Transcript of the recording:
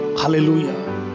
hallelujah